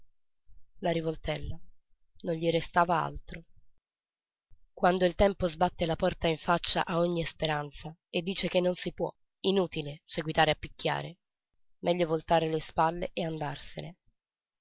la rivoltella non gli restava altro quando il tempo sbatte la porta in faccia a ogni speranza e dice che non si può inutile seguitare a picchiare meglio voltar le spalle e andarsene